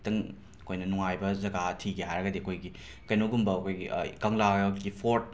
ꯈꯤꯇꯪ ꯑꯩꯈꯣꯏꯅ ꯅꯨꯡꯉꯥꯏꯕ ꯖꯒꯥ ꯊꯤꯒꯦ ꯍꯥꯏꯔꯒꯗꯤ ꯑꯩꯈꯣꯏꯒꯤ ꯀꯩꯅꯣꯒꯨꯝꯕ ꯑꯩꯈꯣꯏꯒꯤ ꯀꯪꯂꯥꯒꯤ ꯐꯣꯔꯠ